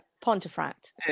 Pontefract